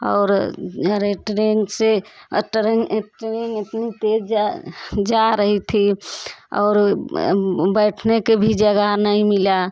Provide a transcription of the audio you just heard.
और अरे ट्रेन से ट्रेन ट्रेन इतनी तेज जा जा रही थी और बैठने के भी जगह नहीं मिला